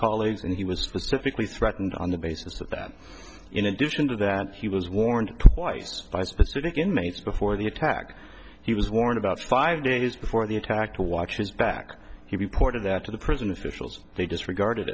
colleagues and he was specifically threatened on the basis of that in addition to that he was warned twice by specific inmates before the attack he was warned about five days before the attack to watch his back he reported that to the prison officials they disregarded